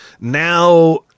Now